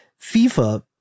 FIFA